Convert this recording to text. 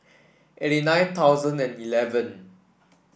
eighty nine thousand and eleven